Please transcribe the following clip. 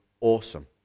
awesome